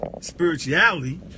spirituality